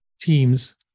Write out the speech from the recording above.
teams